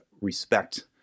respect